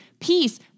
peace